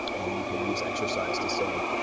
and you can use exercise to, say,